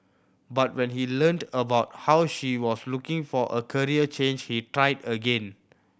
but when he learnt about how she was looking for a career change he tried again